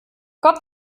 gott